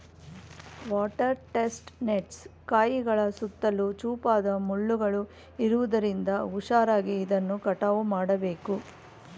water chestnuts ಕಾಯಿಗಳ ಸುತ್ತಲೂ ಚೂಪಾದ ಮುಳ್ಳುಗಳು ಇರುವುದರಿಂದ ಹುಷಾರಾಗಿ ಇದನ್ನು ಕಟಾವು ಮಾಡಬೇಕು